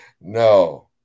No